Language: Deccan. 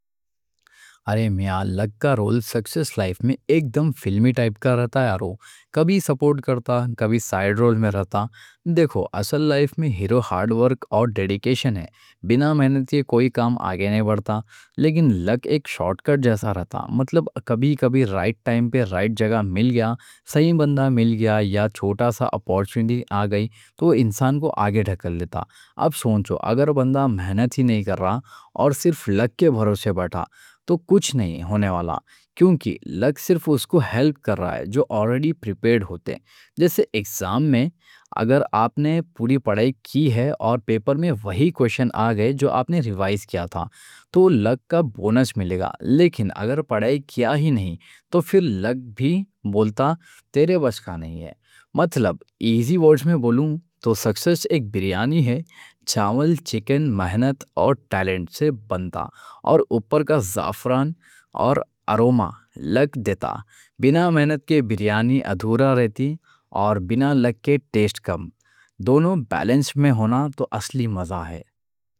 ارے میاں لگ کا رول سکسیس لائف میں ایک دم فلمی ٹائپ کا رہتا ہے۔ کبھی سپورٹ کرتا، کبھی سائیڈ رول میں رہتا۔ دیکھو اصل لائف میں ہیرو ہارڈ ورک اور ڈیڈیکیشن ہے، بینا محنت کے کوئی کام آگے نہیں بڑھتا۔ لیکن لگ ایک شارٹ کٹ جیسا رہتا، مطلب کبھی کبھی رائٹ ٹائم پہ رائٹ جگہ مل گیا، صحیح بندہ مل گیا یا چھوٹا سا اپورچونٹی آ گئی تو وہ انسان کو آگے دھکیل لیتا۔ اب سوچو اگر بندہ محنت ہی نہیں کر رہا اور صرف لگ کے بھروسے بیٹھا تو کچھ نہیں ہونے والا کیونکہ لگ صرف اس کو ہیلپ کر رہا ہے جو آلریڈی پریپیئرڈ ہوتے۔ جیسے ایگزام میں اگر آپ نے پوری پڑھائی کی ہے اور پیپر میں وہی کوئسچن آگئے جو آپ نے ریوائز کیا تھا تو لگ کا بونس ملے گا۔ لیکن اگر پڑھائی کی ہی نہیں تو پھر لگ بھی بولتا تیرے بس کا نہیں ہے۔ مطلب ایزی ورڈ میں بولے تو سکسیس ایک بریانی ہے، چاول چکن محنت اور ٹیلنٹ سے بنتا اور اوپر کا زعفران اور اروما لگ دیتا۔ بینا محنت کے بریانی ادھورا رہتی اور بینا لگ کے ٹیسٹ کم، دونوں بیلنس میں ہونا تو اصلی مزہ ہے۔